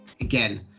again